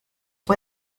fue